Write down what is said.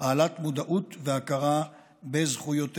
העלאת מודעות והכרה בזכויותיהם.